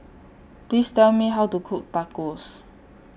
Please Tell Me How to Cook Tacos